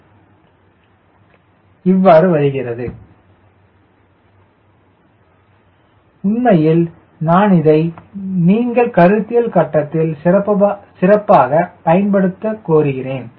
இது இவ்வாறு வருவது உண்மையில் நான் இதை நீங்கள் கருத்தியல் கட்டத்தில் சிறப்பாகப் பயன்படுத்த கோருகிறேன்